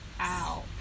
Ow